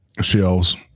shelves